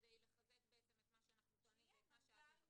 כדי לחזק בעצם את מה שאנחנו טוענים ואת מה שאת מבקשת.